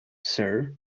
sir